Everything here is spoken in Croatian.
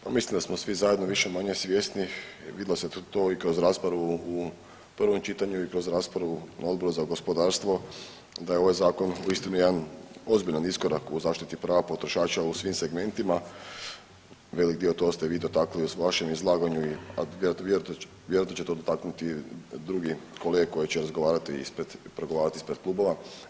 Pa mislim da smo svi zajedno više-manje svjesni, vidjelo se to i kroz raspravu u prvom čitanju i kroz raspravu na Odboru za gospodarstvo da je ovaj zakon uistinu jedan ozbiljan iskorak u zaštiti prava potrošača u svim segmentima, velik dio to ste vi dotaknuli u vašem izlaganju i vjerojatno će to potaknuti i druge kolege koji će razgovarati ispred i pregovarati ispred klubova.